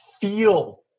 feel